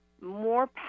more